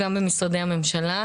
גם במשרדי הממשלה,